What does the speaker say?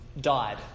died